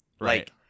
right